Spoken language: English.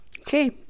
Okay